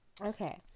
Okay